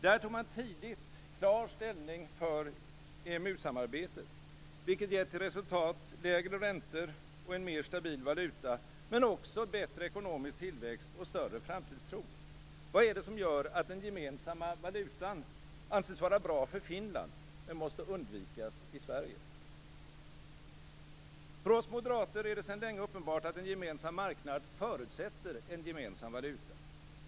Där tog man tidigt klar ställning för EMU-samarbetet, vilket har lett till resultatet lägre räntor och en mer stabil valuta men också till en bättre ekonomisk tillväxt och större framtidstro. Vad är det som gör att den gemensamma valutan anses vara bra för Finland men måste undvikas i Sverige? För oss moderater är det sedan länge uppenbart att en gemensam marknad förutsätter en gemensam valuta.